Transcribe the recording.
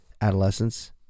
adolescence